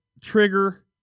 trigger